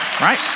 right